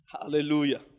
Hallelujah